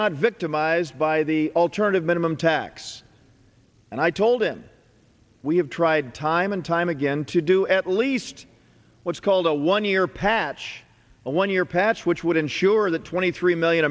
not victimized by the alternative minimum tax and i told him we have tried time and time again to do at least what's called a one year patch a one year patch which would ensure that twenty three million